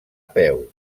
peu